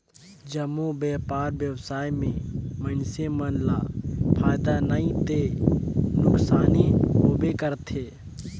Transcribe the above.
जम्मो बयपार बेवसाय में मइनसे मन ल फायदा नइ ते नुकसानी होबे करथे